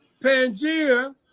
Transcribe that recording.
pangea